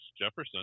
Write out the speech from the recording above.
jefferson